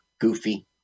goofy